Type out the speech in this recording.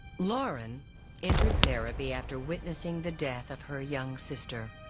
learn intra-therapy after witnessing the death of her young sister.